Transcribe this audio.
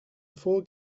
four